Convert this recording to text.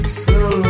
slow